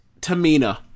Tamina